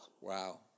wow